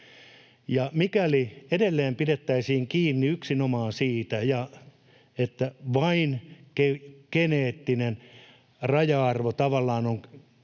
Mikäli edelleen pidettäisiin kiinni yksinomaan siitä, että tavallaan vain geneettinen raja-arvo on suotuisan